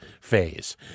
phase